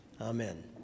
Amen